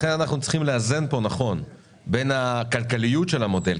לכן אנחנו צריכים לאזן כאן נכון בין הכלכליות של המודל,